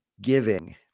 giving